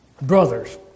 Brothers